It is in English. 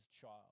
child